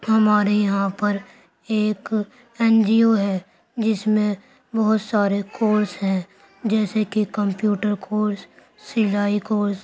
ہمارے یہاں پر ایک این جی او ہے جس میں بہت سارے کورس ہیں جیسے کہ کمپیوٹر کورس سلائی کورس